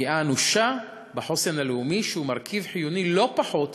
מתהווה פגיעה אנושה בחוסן הלאומי שהוא מרכיב חיוני לא פחות